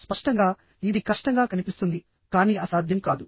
స్పష్టంగా ఇది కష్టంగా కనిపిస్తుంది కానీ అసాధ్యం కాదు